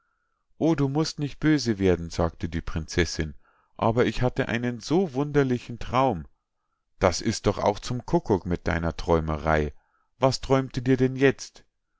o du musst nicht böse werden sagte die prinzessinn aber ich hatte einen so wunderlichen traum das ist doch auch zum kukuk mit deiner träumerei was träumte dir denn jetzt